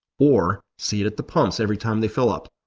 or see it at the pumps every time they fill up,